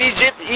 Egypt